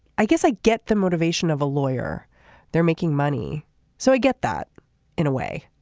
i guess i get the motivation of a lawyer they're making money so i get that in a way